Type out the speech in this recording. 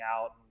out